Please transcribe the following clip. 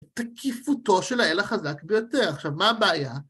תקיפותו של האל החזק ביותר. עכשיו, מה הבעיה?